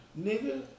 nigga